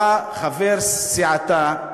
בא חבר סיעתה,